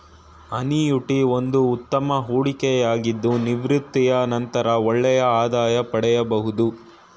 annuity ಒಂದು ಉತ್ತಮ ಹೂಡಿಕೆಯಾಗಿದ್ದು ನಿವೃತ್ತಿಯ ನಂತರ ಒಳ್ಳೆಯ ಆದಾಯ ಪಡೆಯಬಹುದು